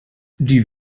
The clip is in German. die